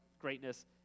greatness